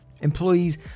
employees